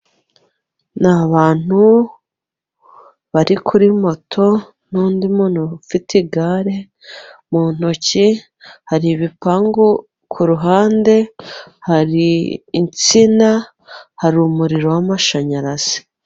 Ni abantu bari kuri moto n'undi muntu ufite igare mu ntoki. Hari ibipangu k'uruhande, hari insina hari umuriro w'amashanyarazi.